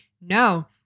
No